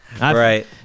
Right